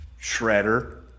Shredder